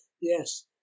Yes